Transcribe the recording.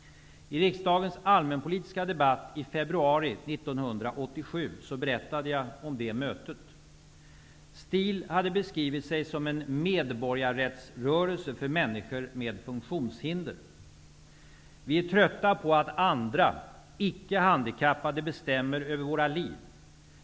I riksdagens allmänpolitiska debatt i februari 1987 berättade jag om det mötet. STIL hade beskrivit sig som en medborgarrättsrörelse för människor med funktionshinder. Vi är trötta på att andra, icke-handikappade, bestämmer över våra liv.